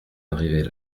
arrivés